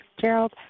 Gerald